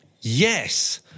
Yes